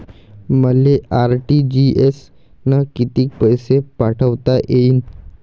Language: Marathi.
मले आर.टी.जी.एस न कितीक पैसे पाठवता येईन?